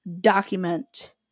document